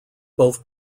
both